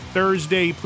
Thursday